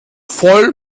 voll